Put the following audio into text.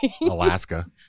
Alaska